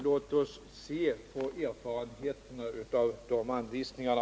Låt oss se på erfarenheterna av de anvisningarna!